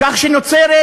כך שנוצרת